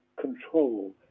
control